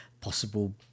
possible